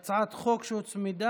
הצעת חוק שהוצמדה,